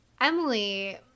Emily